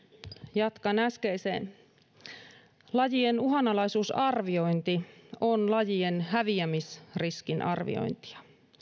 jatkan äskeistä lajien uhanalaisuusarviointi on lajien häviämisriskin arviointia